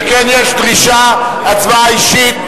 שכן יש דרישה להצבעה אישית.